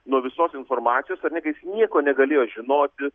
nuo visos informacijos ar ne kai jis nieko negalėjo žinoti